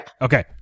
Okay